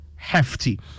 Hefty